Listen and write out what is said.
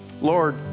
Lord